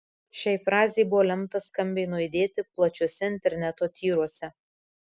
šiai frazei buvo lemta skambiai nuaidėti plačiuose interneto tyruose